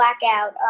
blackout